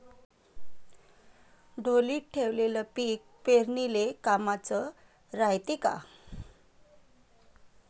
ढोलीत ठेवलेलं पीक पेरनीले कामाचं रायते का?